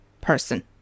person